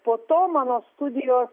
po to mano studijos